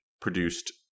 produced